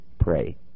pray